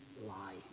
lie